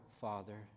Father